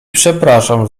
przepraszam